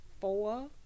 four